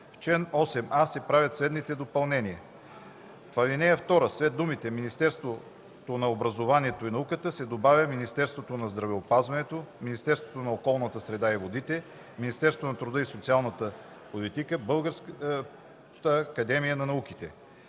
В чл. 8а се правят следните допълнения: 1. В ал. 2 след думите „Министерството на образованието и науката” се добавя „Министерството на здравеопазването, Министерството на околната среда и водите, Министерството на труда и социалната политика, Българската академия на науките”.